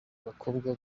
abakobwa